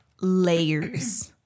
Layers